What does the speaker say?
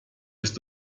bist